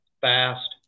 fast